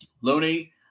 Looney